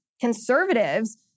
conservatives